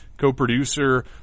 co-producer